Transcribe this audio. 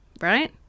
right